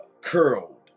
curled